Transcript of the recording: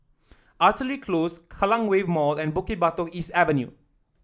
Artillery Close Kallang Wave Mall and Bukit Batok East Avenue